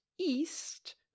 east